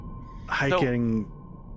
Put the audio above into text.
Hiking